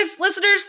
listeners